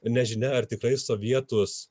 nežinia ar tikrai sovietus